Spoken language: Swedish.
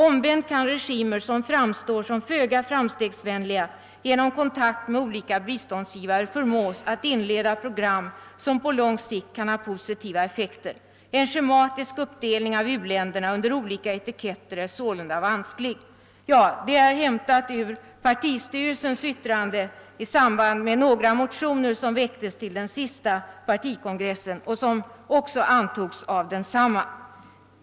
Omvänt kan regimer, som framstår som föga framstegsvänliga, genom kontakt med olika biståndsgivare förmås att inleda program som på lång sikt kan ha positiva effekter. En schematisk uppdelning av u-länderna under olika etiketter är sålunda vansklig.> Detta är hämtat ur partistyrelsens yttrande i samband med några motioner som väcktes under den senaste partikongressen och som också antogs av densamma.